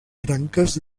branques